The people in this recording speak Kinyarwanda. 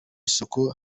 isoko